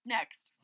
Next